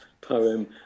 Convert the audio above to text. poem